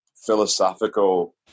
philosophical